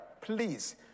please